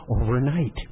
overnight